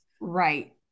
Right